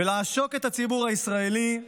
ולעשוק את הציבור הישראלי,